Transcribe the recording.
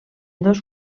dos